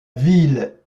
ville